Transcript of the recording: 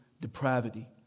depravity